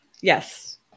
Yes